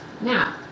Now